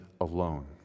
alone